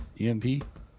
EMP